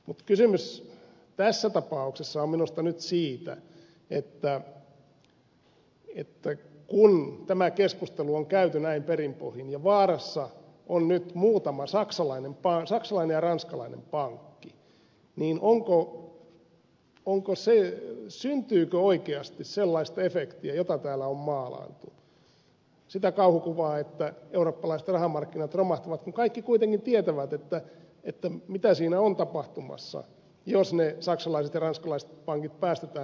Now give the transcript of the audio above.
mutta kysymys tässä tapauksessa on minusta nyt siitä että kun tämä keskustelu on käyty näin perin pohjin ja vaarassa on nyt muutama saksalainen ja ranskalainen pankki niin syntyykö oikeasti sellaista efektiä jota täällä on maalailtu sitä kauhukuvaa että eurooppalaiset rahamarkkinat romahtavat kun kaikki kuitenkin tietävät mitä siinä on tapahtumassa jos ne saksalaiset ja ranskalaiset pankit päästetään nurin